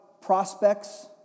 prospects